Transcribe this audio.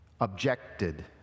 objected